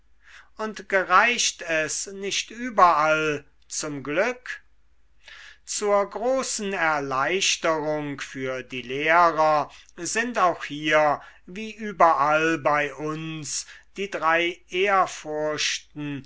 und gereicht es nicht überall zum glück zur großen erleichterung für die lehrer sind auch hier wie überall bei uns die drei ehrfurchten